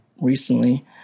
recently